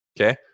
okay